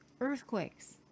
earthquakes